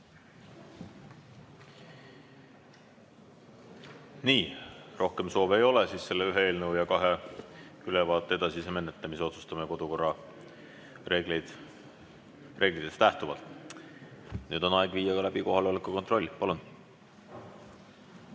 Nii. Rohkem soove ei ole. Selle ühe eelnõu ja kahe ülevaate edasise menetlemise otsustame kodukorra reeglitest lähtuvalt. Nüüd on aeg viia läbi kohaloleku kontroll. Palun!